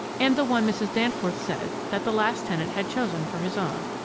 and the one mrs. danforth said that the last tenant had chosen for his own.